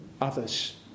others